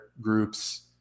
groups